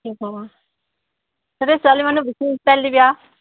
তাতে ছোৱালী মানুহ বেছি ষ্টাইল দিবি আৰু